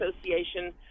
Association